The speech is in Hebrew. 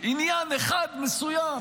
עניין אחד מסוים,